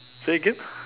say again